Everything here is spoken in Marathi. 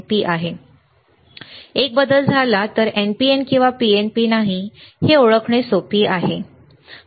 बघूया एक बदल झाला आहे तर NPN किंवा PNP आहे की नाही हे ओळखणे सोपे आहे ठीक आहे